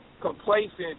complacent